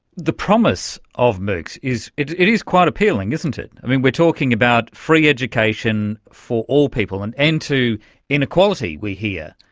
the promise of moocs, it it is quite appealing, isn't it. i mean, we're talking about free education for all people, an end to inequality, we hear.